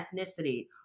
ethnicity